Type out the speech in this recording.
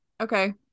Okay